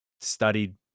studied